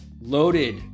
loaded